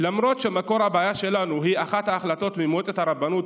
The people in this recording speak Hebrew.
למרות שמקור הבעיה שלנו הוא אחת ההחלטות של מועצת הרבנות מ-1985,